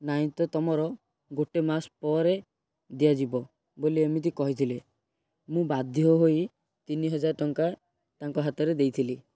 ନାଇଁ ତ ତୁମର ଗୋଟେ ମାସ ପରେ ଦିଆଯିବ ବୋଲି ଏମିତି କହିଥିଲେ ମୁଁ ବାଧ୍ୟ ହୋଇ ତିନି ହଜାର ଟଙ୍କା ତାଙ୍କ ହାତରେ ଦେଇଥିଲି